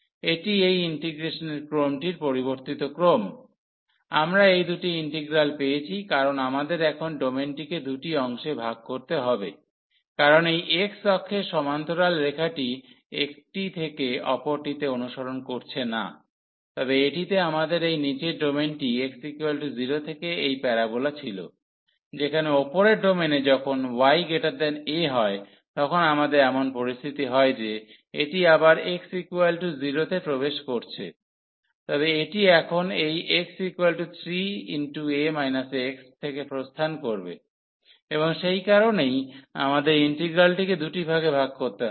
এটি এই ইন্টিগ্রেশনের ক্রমটির পরিবর্তিত ক্রম আমরা এই দুটি ইন্টিগ্রাল পেয়েছি কারণ আমাদের এখন ডোমেনটিকে দুটি অংশে ভাগ করতে হবে কারণ এই x অক্ষের সমান্তরাল রেখাটি একটি থেকে অপরটিতে অনুসরণ করছে না তবে এটিতে আমাদের এই নীচের ডোমেনটি x0 থেকে এই প্যারোবোলা ছিল যেখানে উপরের ডোমেনে যখন ya হয় তখন আমাদের এমন পরিস্থিতি হয় যে এটি আবার x0 তে প্রবেশ করছে তবে এটি এখন এই y3a x থেকে প্রস্থান করবে এবং সেই কারণেই আমাদের ইন্টিগ্রালটিকে দুটি ভাগে ভাগ করতে হবে